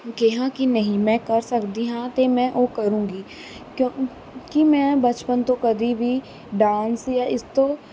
ਕਿਹਾ ਕਿ ਨਹੀਂ ਮੈਂ ਕਰ ਸਕਦੀ ਹਾਂ ਅਤੇ ਮੈਂ ਉਹ ਕਰੂੰਗੀ ਕਿਉਕੀ ਮੈਂ ਬਚਪਨ ਤੋਂ ਕਦੀ ਵੀ ਡਾਂਸ ਜਾਂ ਇਸ ਤੋਂ